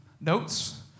notes